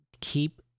keep